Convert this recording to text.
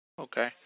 Okay